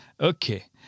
Okay